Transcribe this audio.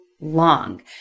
long